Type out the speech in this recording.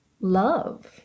love